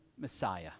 Messiah